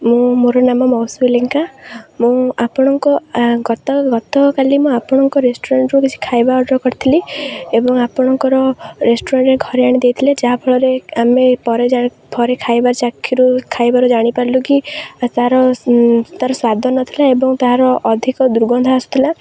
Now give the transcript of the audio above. ମୁଁ ମୋର ନାମ ମୌସୁମୀ ଲେଙ୍କା ମୁଁ ଆପଣଙ୍କ ଗତ ଗତକାଲି ମୁଁ ଆପଣଙ୍କ ରେଷ୍ଟୁରାଣ୍ଟରୁ କିଛି ଖାଇବା ଅର୍ଡ଼ର୍ କରିଥିଲି ଏବଂ ଆପଣଙ୍କର ରେଷ୍ଟୁରାଣ୍ଟରେ ଘରେ ଆଣି ଦେଇଥିଲେ ଯାହାଫଳରେ ଆମେ ଖାଇବା ଖାଇବାର ଜାଣିପାରିଲୁ କି ତା'ର ତା'ର ସ୍ୱାଦ ନଥିଲା ଏବଂ ତା'ର ଅଧିକ ଦୁର୍ଗନ୍ଧ ଆସୁଥିଲା